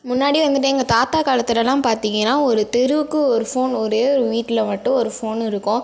முன்னாடி வந்துட்டு எங்கள் தாத்தா காலத்துலலாம் பார்த்தீங்கன்னா ஒரு தெருவுக்கு ஒரு ஃபோன் ஒரே ஒரு வீட்டில் மட்டும் ஒரு ஃபோன் இருக்கும்